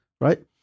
Right